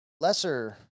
lesser